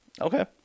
Okay